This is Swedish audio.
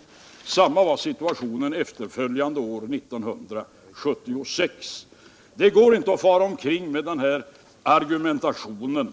Följande år, 1976, var situationen densamma. Nej, det går inte att fara omkring med den argumentationen